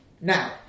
Now